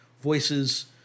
voices